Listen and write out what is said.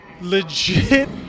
Legit